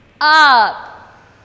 up